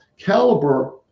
Caliber